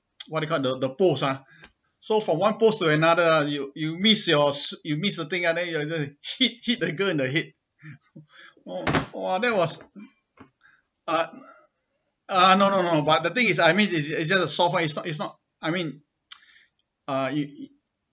um what you call the the poles ah so from one poles to another you you miss yours you miss the thing ah then you you hit hit the girl in the head uh !wah! that was uh uh no no no no but the thing is I mean it's it's just a soft one it's not it's not I mean uh you